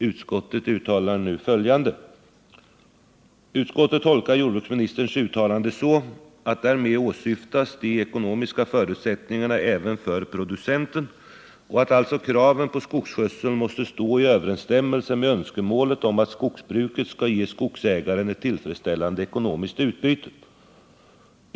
Utskottet uttalar följande: ”Utskottet tolkar jordbruksministerns uttalande så att därmed åsyftas de ekonomiska förutsättningarna även för producenten och att alltså kraven på skogsskötseln måste stå i överensstämmelse med önskemålet om att skogsbruket skall ge skogsägaren ett tillfredsställande ekonomiskt utbyte.